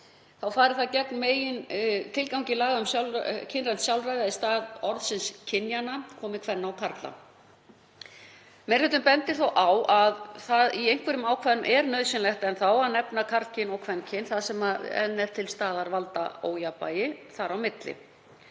Þá fari það gegn megintilgangi laga um kynrænt sjálfræði að í stað orðsins „kynjanna“ komi „kvenna og karla“. Meiri hlutinn bendir þó á að í einhverjum ákvæðum er nauðsynlegt að nefna karlkyn og kvenkyn þar sem enn er til staðar valdaójafnvægi þar á milli